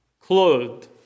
clothed